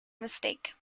mistake